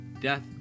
death